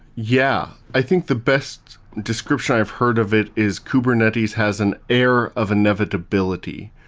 yeah. i think the best description i've heard of it is kubernetes has an air of inevitability,